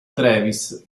travis